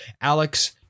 Alex